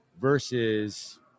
versus